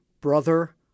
Brother